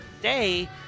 day